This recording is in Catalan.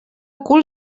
cul